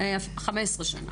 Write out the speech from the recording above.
15 שנה,